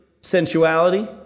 sensuality